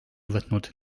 võtnud